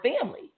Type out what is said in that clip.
family